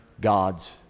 gods